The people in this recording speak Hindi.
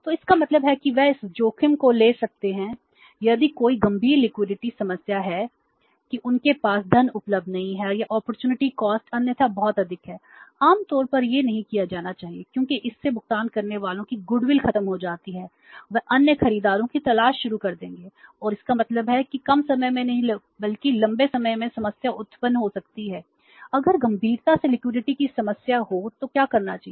तो इसका मतलब है कि वे इस जोखिम को ले सकते हैं यदि कोई गंभीर लिक्विडिटी की समस्या हो तो क्या करना चाहिए